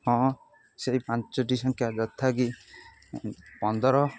ହଁ ସେଇ ପାଞ୍ଚଟି ସଂଖ୍ୟା ଯଥାକି ପନ୍ଦର